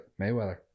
Mayweather